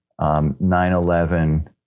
9-11